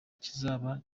kizaba